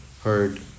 heard